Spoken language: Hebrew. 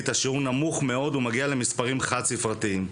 השיעור הוא נמוך מאוד ומגיע למספרים חד ספרתיים.